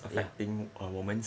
ya